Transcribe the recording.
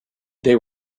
they